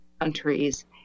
countries